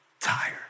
Tired